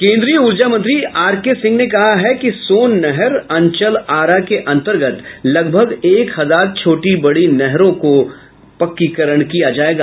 केंद्रीय ऊर्जा मंत्री आर के सिंह ने कहा है कि सोन नहर अंचल आरा के अंतर्गत लगभग एक हजार छोटी बड़ी नहरों को पक्कीकरण होगा